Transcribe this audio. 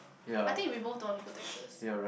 I think we both don't want to go Texas